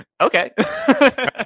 okay